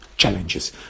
challenges